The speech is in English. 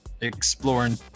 exploring